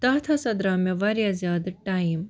تَتھ ہَسا درٛاو مےٚ واریاہ زیادٕ ٹایم